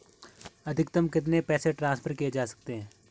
अधिकतम कितने पैसे ट्रांसफर किये जा सकते हैं?